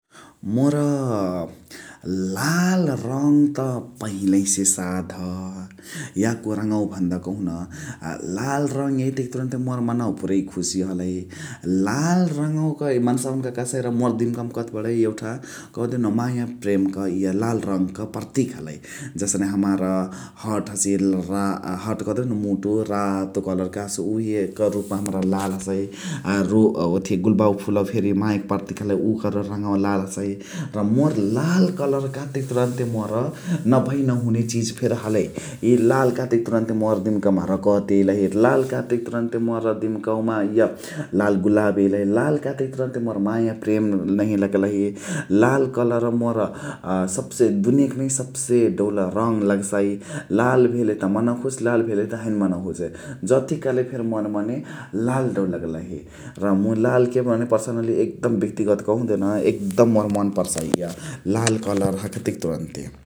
मोरा लाल रङ त पहिलही से साध । याको रङवा भन्दा कहुन आ लाल रङ यइतेकी तुरुन्ते पुरइ खुशी हलही । लाल रङवा क मन्सावा हुनुका कह्सइ मोर दिम्काउ मा कथी बणै यौटा कह्देउन माया पेर्म क इय पर्तिक हलइ । जसने हमार हट हसिय हत कह्देउन मुटु रातो कलर्क हसे उहे क रुप्मा हमरा लाल हसइ । ओथिय गुल्बावा फुलवा क फेरी माया क पर्तिक हलइ । ओकर रङवा लाल हसइ । र मोर लाल कलर कह्तेक तुरुन्ते मोरा नभइ नहुने चिज फेरी हलइ । इ लाल कह्तेक तुरुन्ते मोर दिम्काउ मा रगत यइलही । लाल कह्तेक तुरुन्ते मोर दिम्काउ मा इय लाल गुलाब यइलही । लाल कह्तेक तुरुन्ते मोर माया पेर्म नहिया लग्लही । लाल कलर मोरा सब से दुनिकनइ सब से दौल रङ लग्सइ । लाल भेले त मनवा खोजइ लाल हैने भेले त मनवा हैने खोजइ जथी कहाँले फेनी मोर मने लाल दौल लग्लही । र मुइ लाल के भने पर्सनन्ली एक दम बेक्तिगत कह्देउन एक दम मोर मान पर्साइ इय लाल कलर हखतेक तुरुन्ते ।